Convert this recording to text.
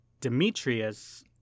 Demetrius